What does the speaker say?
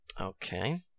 Okay